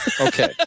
Okay